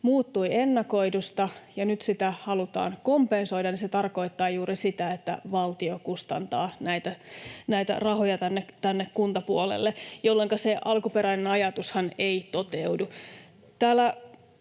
muuttui ennakoidusta ja nyt sitä halutaan kompensoida, se tarkoittaa juuri sitä, että valtio kustantaa näitä rahoja kuntapuolelle, jolloinka se alkuperäinen ajatushan ei toteudu.